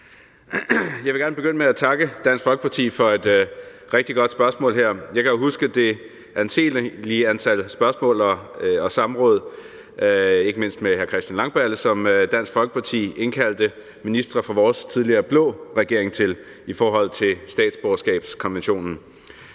Jeg vil gerne begynde med at takke Dansk Folkeparti for et rigtig godt spørgsmål her. Jeg kan jo huske det anseelige antal spørgsmål og samråd, ikke mindst med hr. Christian Langballe, som Dansk Folkeparti indkaldte ministre fra vores tidligere blå regering til i forhold til statsborgerskabskonventionen.